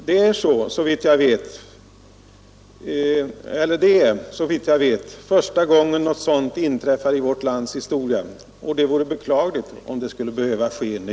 Det är, såvitt jag vet, första gången något sådant inträffar i vårt lands historia, och det vore beklagligt om det skulle behöva ske nu.